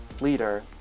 leader